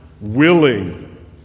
willing